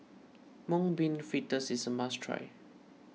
Mung Bean Fritters is a must try